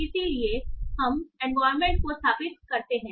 इसलिए पहले हम एनवायरनमेंट को स्थापित करते हैं